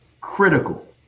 critical